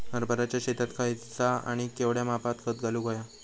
हरभराच्या शेतात खयचा आणि केवढया मापात खत घालुक व्हया?